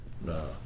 no